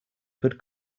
could